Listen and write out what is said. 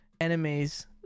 enemies